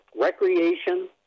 recreation